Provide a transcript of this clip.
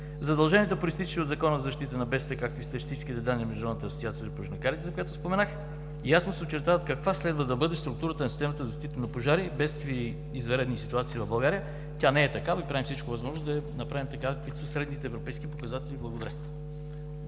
Задълженията, произтичащи от Закона за защита на бедствията, както и статистическите данни на Международната асоциация на пожарникарите, за която споменах, ясно очертават каква следва да бъде структурата на системата за защита от пожари, бедствия и извънредни ситуации в България. Тя не е такава и правим всичко възможно да я направим такава, каквито са средните европейски показатели. Благодаря.